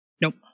Nope